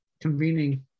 Convening